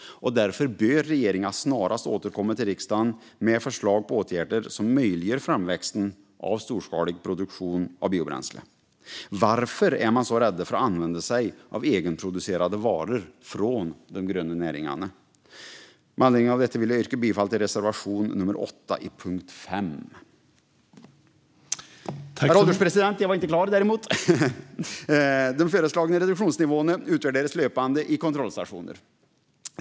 Därför bör regeringen snarast återkomma till riksdagen med förslag på åtgärder som möjliggör framväxten av storskalig produktion av biobränslen. Varför är man så rädda för att använda sig av egenproducerade varor från de gröna näringarna? Med anledning av detta vill jag yrka bifall till reservation nummer 8 under punkt 5. Herr ålderspresident! De föreslagna reduktionsnivåerna utvärderas löpande i kontrollstationer.